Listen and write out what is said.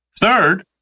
Third